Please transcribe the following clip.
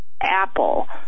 Apple